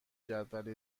جدول